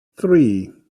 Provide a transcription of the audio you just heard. three